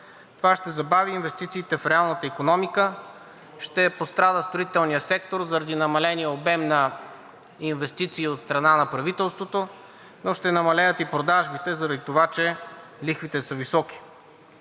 Това ще забави инвестициите в реалната икономика, ще пострада строителният сектор заради намаления обем на инвестиции от страна на правителството, но ще намалеят и продажбите, заради това че лихвите са високи.